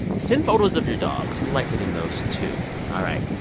send photos of your dogs. we like getting those, too all right.